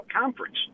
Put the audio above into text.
Conference